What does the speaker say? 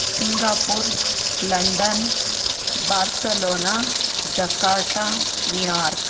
Singapore London Barcelona Jakarta New York